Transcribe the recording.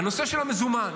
הנושא של המזומן.